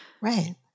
Right